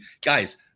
guys